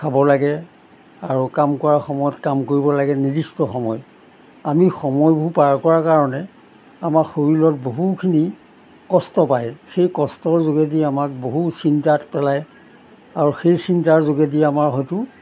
খাব লাগে আৰু কাম কৰাৰ সময়ত কাম কৰিব লাগে নিৰ্দিষ্ট সময় আমি সময়বোৰ পাৰ কৰাৰ কাৰণে আমাৰ শৰীৰত বহুখিনি কষ্ট পায় সেই কষ্টৰ যোগেদি আমাক বহু চিন্তাত পেলায় আৰু সেই চিন্তাৰ যোগেদি আমাৰ হয়টো